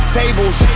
tables